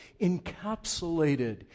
encapsulated